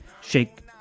Shake